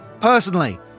personally